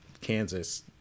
kansas